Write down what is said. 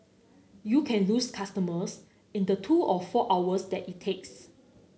you can lose customers in the two or four hours that it takes